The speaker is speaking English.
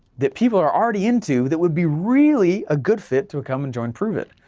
that people are already into, that would be really a good fit to a come and join pruvit.